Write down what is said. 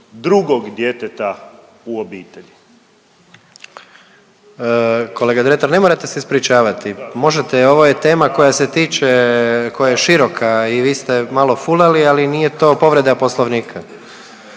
Gordan (HDZ)** Kolega Dretar ne morate se ispričavati, možete ovo je tema koja se tiče, koja je široka i vi ste malo fulali, ali nije to povreda Poslovnika.